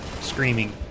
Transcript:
screaming